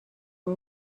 are